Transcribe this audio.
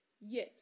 yes